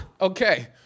Okay